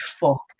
fuck